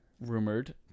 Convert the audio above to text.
rumored